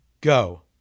go